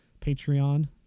Patreon